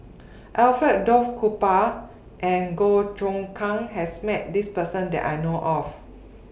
Alfred Duff Cooper and Goh Choon Kang has Met This Person that I know of